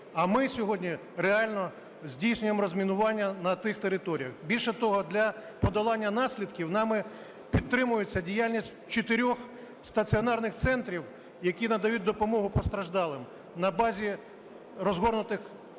А ми сьогодні реально здійснюємо розмінування на тих територіях. Більше того, для подолання наслідків, нами підтримується діяльність чотирьох стаціонарних центрів, які надають допомогу постраждалим. На базі розгорнутих